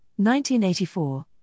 1984